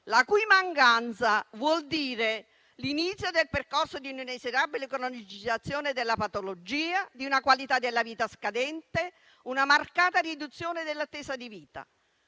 la cui mancanza vuol dire l'inizio del percorso di una inesorabile cronicizzazione della patologia, di una qualità della vita scadente, di una marcata riduzione dell'attesa di vita.